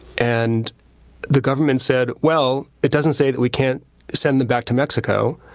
and the government said, well, it doesn't say that we can't send them back to mexico,